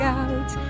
out